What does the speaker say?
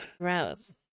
Gross